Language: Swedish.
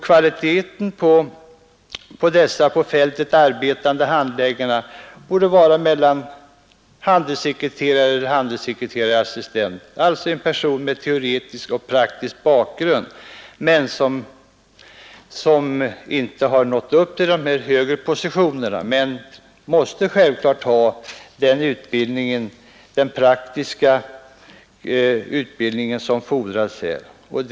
Kompetensen hos dessa på fältet arbetande handläggare borde vara mellan handelssekreterare och handelssekreterareassistent, alltså en person som utan att ha nått upp till de högre positionerna ändå har den teoretiska och praktiska bakgrund som erfordras i detta sammanhang.